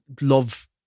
love